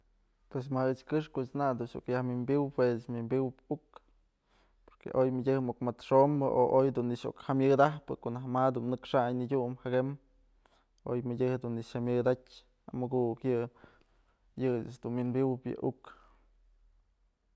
Pues ma ëch këxpë koch nak dun iuk yaj wi'inpywëp jue ëch wi'inpywëp uk porque oy mëdyëk muk mëtxombë o oy dun nëkx iuk jamyëd ajpë konaj ma dun nëkxan nadyum jëkëm oy mëdyëjk dun nëkx jyamyëdatyë amukuk yë, yë ëch dun wi'inpywëp yë uk.